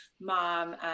mom